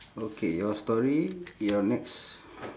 okay your story your next